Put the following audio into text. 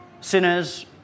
Sinners